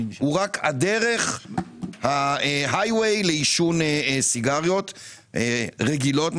הוא רק הדרך לעישון סיגריות רגילות.